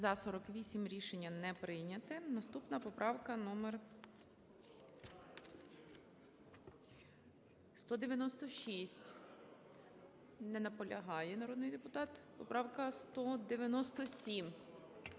За-48 Рішення не прийнято. Наступна поправка - номер 196. Не наполягає народний депутат. Поправка 197.